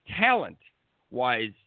talent-wise